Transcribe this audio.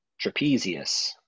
trapezius